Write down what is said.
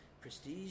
prestige